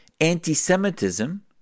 anti-semitism